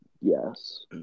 Yes